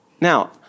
Now